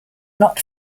not